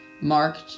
marked